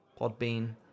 Podbean